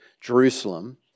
Jerusalem